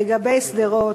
לגבי שדרות,